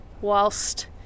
whilst